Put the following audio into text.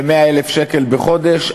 ל-100,000 שקל בחודש.